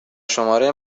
شماره